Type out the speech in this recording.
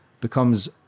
becomes